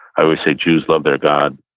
i always say, jews love their god,